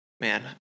Man